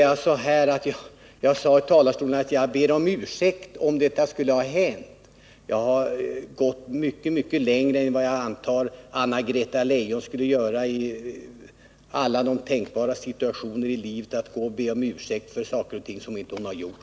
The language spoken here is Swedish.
Jag har bett om ursäkt om detta skulle ha hänt, och jag har gått mycket längre än jagtror Anna-Greta Leijon skulle göra när det gäller att be om ursäkt för saker som hon inte har gjort.